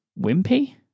wimpy